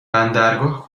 بندرگاه